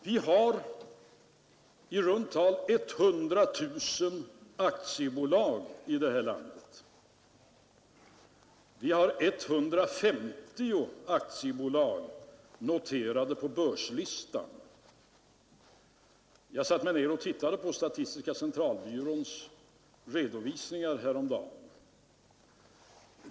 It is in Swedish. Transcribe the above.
Vi har i runt tal 100 000 aktiebolag i det här landet. Vi har 150 aktiebolag noterade på börslistan. Jag satte mig ned och tittade på statistiska centralbyråns redovisningar häromdagen.